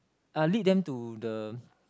uh lead them to the